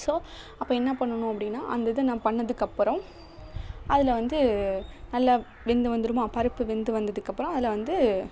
so அப்போ என்ன பண்ணணும் அப்படின்னா அந்த இதை நான் பண்ணதுக்கப்புறம் அதில் வந்து நல்ல வெந்து வந்துருமா பருப்பு வெந்து வந்ததுக்கப்புறம் அதில் வந்து